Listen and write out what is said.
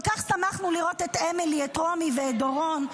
כל כך שמחנו לראות את אמילי, את רומי ואת דורון.